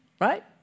right